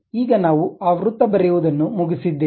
ಈಗ ನಾವು ಆ ವೃತ್ತ ಬರೆಯುವದನ್ನು ಮುಗಿಸಿದ್ದೇವೆ